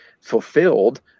fulfilled